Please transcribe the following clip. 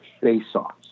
face-offs